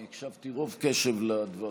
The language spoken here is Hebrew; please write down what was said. אני הקשבתי רוב קשב לדברים.